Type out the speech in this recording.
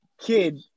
kid